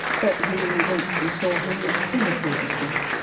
but he went and saw him, in the theatre suite,